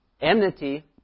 Enmity